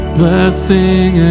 blessing